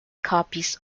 copies